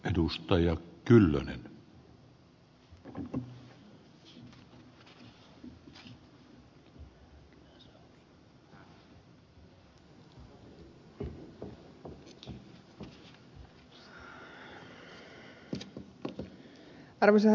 arvoisa herra puhemies